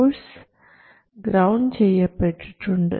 source ground ചെയ്യപ്പെട്ടിട്ടുണ്ട്